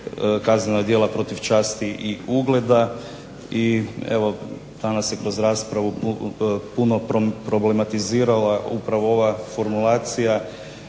kaznena djela protiv časti i ugleda i evo danas se kroz raspravu puno problematizirala upravo ova formulacija